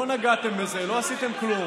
לא נגעתם בזה, לא עשיתם כלום.